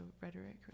rhetoric